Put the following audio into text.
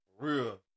Real